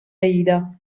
aida